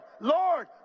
Lord